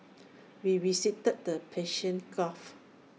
we visited the Persian gulf